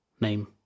name